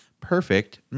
perfect